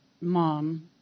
mom